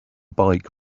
bike